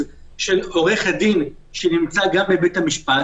של עורך-הדין שנמצא גם בבית המשפט.